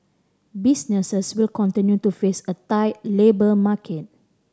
businesses will continue to face a tight labour market